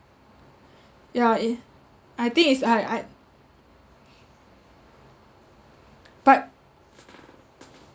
yeah i~ I think is I I but